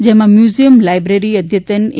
જેમાં museum library અદ્યતન એ